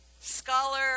scholar